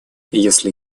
если